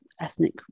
ethnic